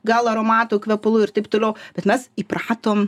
gal aromatų kvepalų ir taip toliau bet mes įpratom